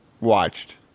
watched